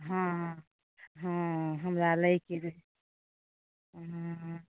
हँ हँ हमरा लै केँ रहै हँ